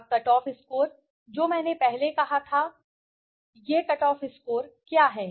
अब cut off score जो मैंने पहले कहा था अब यह कट ऑफ स्कोर क्या है